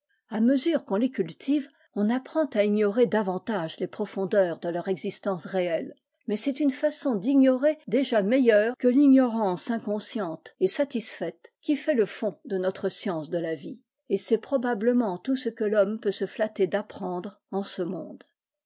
a mesure quon les cultive on apprend à ignorer davantage les profondeurs de leur existencfi réelle mais c'est une façon d'ignorer déjà meilleure que l'ignorance inconsciente et satisfaite qui fait le fond de notre science de la vie et c'est probablement tout ce que thommepeut se flatter d'apprendre en ce monde